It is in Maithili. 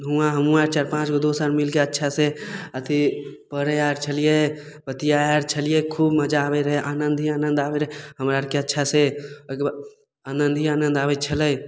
हुआँ हमहुँ आर चारि पाँचगो दोस्त आर मिलिके अच्छासँ अथी पढ़ेआर छलियै बतियाइ आर छलियै खूब मजा आबय रहय आनन्दही आनन्द आबय रहय हमरा आरके अच्छासँ ओइके बाद आनन्दही आनन्द आबय छलै